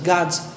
God's